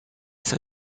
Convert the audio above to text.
san